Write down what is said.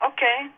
Okay